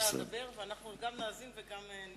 אתה תדבר ואנחנו גם נאזין וגם,